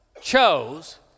chose